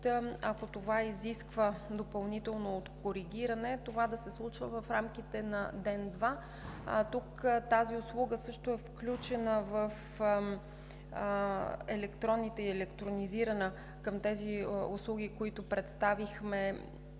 ако това изисква допълнително коригиране, да се случва в рамките на ден-два. Тази услуга също е включена в електронните и е електронизирана към тези услуги, които представихме